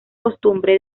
costumbre